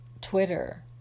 Twitter